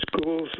school's